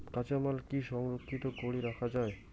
কাঁচামাল কি সংরক্ষিত করি রাখা যায়?